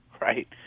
Right